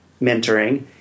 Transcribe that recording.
mentoring